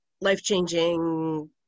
life-changing